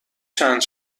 چند